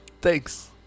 thanks